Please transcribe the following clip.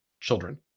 children